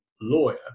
lawyer